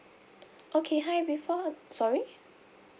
okay hi before sorry